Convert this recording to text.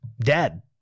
dead